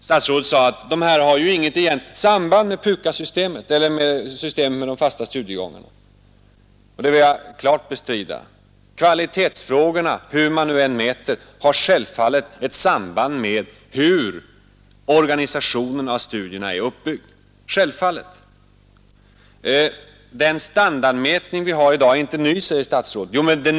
Statsrådet sade att de inte har Nr 151 något egentligt samband med systemet med de fasta studiegångarna. Det Torsdagen den vill jag klart bestrida. Kvalitetsfrågorna — hur man än mäter — har 16 december 1971 självfallet ett samband med hur organisationen av studierna är uppbyggd8.. ——— Den standardmätning vi har i dag är inte ny, säger statsrådet. Men det nya Ang.